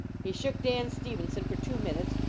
he shook dan stevenson for two minutes,